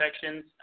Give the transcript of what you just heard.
sections